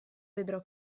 vedrò